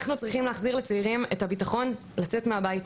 אנחנו צריכים להחזיר לצעירים את הביטחון לצאת מהבית.